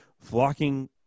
flocking